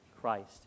Christ